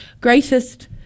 greatest